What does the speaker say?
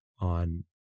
on